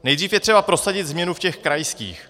Nejdřív je třeba prosadit změnu v těch krajských.